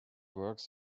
works